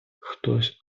хтось